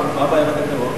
מה הבעיה בתקנון?